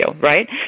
right